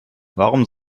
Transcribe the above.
warum